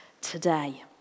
today